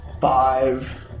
five